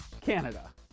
Canada